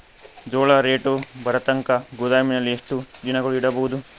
ಜೋಳ ರೇಟು ಬರತಂಕ ಗೋದಾಮಿನಲ್ಲಿ ಎಷ್ಟು ದಿನಗಳು ಯಿಡಬಹುದು?